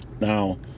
Now